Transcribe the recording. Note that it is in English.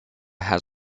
had